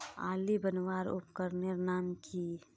आली बनवार उपकरनेर नाम की?